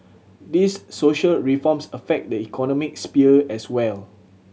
these social reforms affect the economic sphere as well